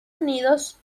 unidos